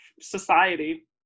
society